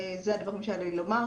זה הדברים שהיה לי לומר.